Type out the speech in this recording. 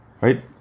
Right